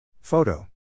Photo